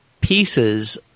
pieces